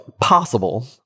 possible